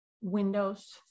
Windows